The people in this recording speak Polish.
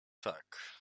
tak